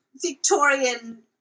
Victorian